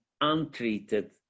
untreated